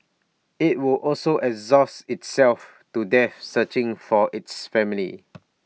IT would also exhaust itself to death searching for its family